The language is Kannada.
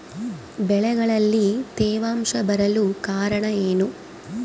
ಬೆಳೆಗಳಲ್ಲಿ ತೇವಾಂಶ ಬರಲು ಕಾರಣ ಏನು?